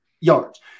yards